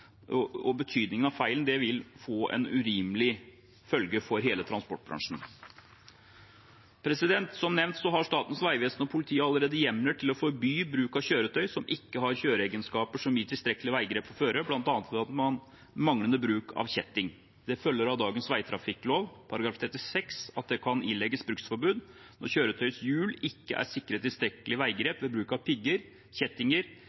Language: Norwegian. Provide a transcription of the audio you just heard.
og betydningen av feilen, vil få en urimelig følge for hele transportbransjen. Som nevnt har Statens vegvesen og politiet allerede hjemler til å forby bruk av kjøretøy som ikke har kjøreegenskaper som gir tilstrekkelig veigrep på føret, bl.a. ved manglende bruk av kjetting. Det følger av dagens veitrafikklov § 36 at det kan ilegges bruksforbud når kjøretøyets hjul ikke er sikret tilstrekkelig veigrep ved bruk av pigger, kjettinger